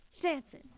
dancing